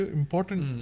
important